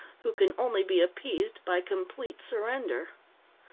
who can only be appeased by complete surrender.